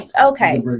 Okay